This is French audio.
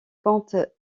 compte